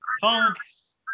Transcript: Funks